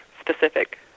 specific